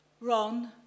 Ron